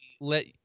let